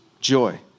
joy